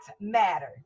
matter